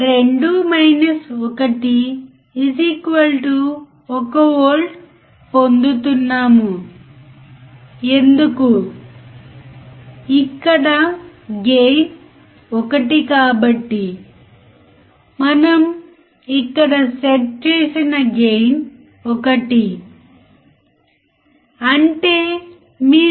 electronics కోణం నుండి ఒక సాధారణ కామన్ ఎమిటర్ యాంప్లిఫైయర్ అధిక ఇన్పుట్ ఇంపెడెన్స్ కలిగి ఉంటుంది